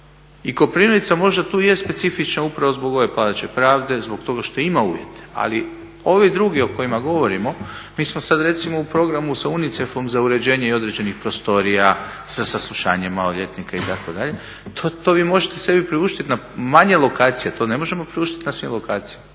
I Koprivnica tu možda je specifična upravo zbog ove Palače pravde, zbog toga što ima uvjete, ali ovi drugi o kojima govorimo mi smo sad recimo u programu sa UNICEF-om za uređenje i određenih prostorija za saslušanje maloljetnika itd., to vi možete sebi priuštiti na manje lokacija, to ne možemo priuštiti na svim lokacijama.